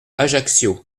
ajaccio